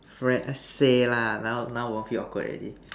friend err say lah now now won't feel awkward already